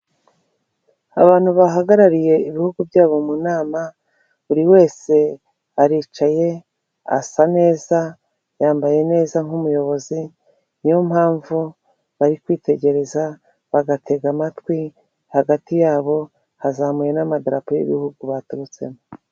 Abantu bahagarariye ibihugu byabo mu nama, buri wese aricaye, asa neza, yambaye neza nk'umuyobozi, niyo mpamvu bari kwitegereza bagatega amatwi, hagati yabo hazamuwe n'amadarapo y'ibihugu baturutsemo.